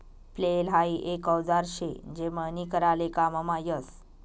flail हाई एक औजार शे जे मळणी कराले काममा यस